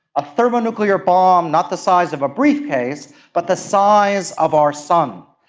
a thermonuclear bomb not the size of a briefcase but the size of our sun.